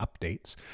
updates